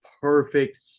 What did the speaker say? Perfect